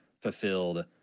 fulfilled